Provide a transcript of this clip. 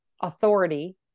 authority